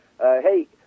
hey